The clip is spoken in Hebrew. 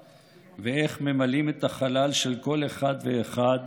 ואיך ממלאים את החלל של כל אחד ואחד